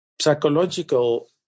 psychological